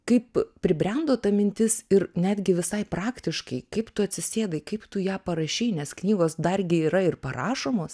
kaip pribrendo ta mintis ir netgi visai praktiškai kaip tu atsisėdai kaip tu ją parašei nes knygos dargi yra ir parašomos